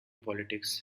politics